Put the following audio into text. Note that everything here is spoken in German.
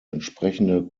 entsprechende